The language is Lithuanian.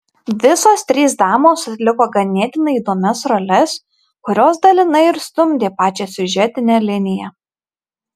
visos trys damos atliko ganėtinai įdomias roles kurios dalinai ir stumdė pačią siužetinę liniją